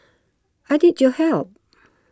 I need your help